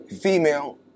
female